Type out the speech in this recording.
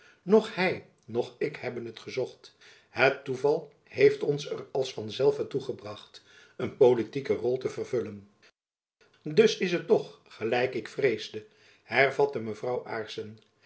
noch hy noch ik hebben het gezocht het toeval heeft ons er als van zelve toegebracht een politieke rol te vervullen dus is het toch gelijk ik vreesde hervatte mevrouw